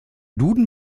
duden